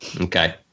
Okay